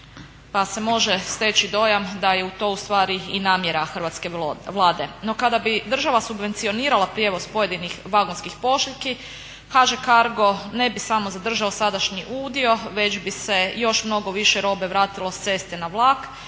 Pa se može steći dojam da je to ustvari i namjera hrvatske Vlade. No kada bi država subvencionirala prijevoz pojedinih vagonskih pošiljki HŽ Cargo ne bi samo zadržao sadašnji udio već bi se još mnogo više robe vratilo s ceste na vlak